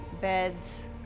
beds